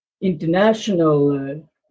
international